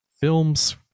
films